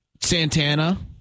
Santana